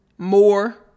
More